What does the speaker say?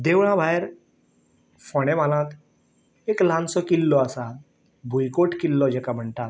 देवळां भायर फोंड्या म्हालांत एक ल्हानसो किल्लो आसा भूंयकोट किल्लो जाका म्हणटात